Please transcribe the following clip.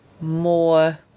more